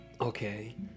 okay